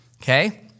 okay